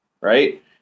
right